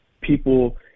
people